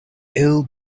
ill